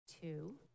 two